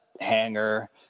hangar